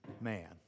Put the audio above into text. man